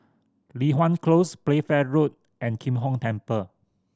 Li Hwan Close Playfair Road and Kim Hong Temple